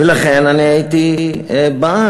ולכן אני הייתי בעד.